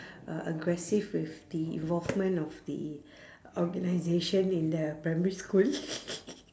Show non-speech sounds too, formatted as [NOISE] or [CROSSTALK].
uh aggressive with the involvement of the organisation in the primary school [LAUGHS]